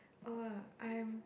oh I'm